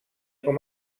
com